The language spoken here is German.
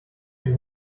den